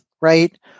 right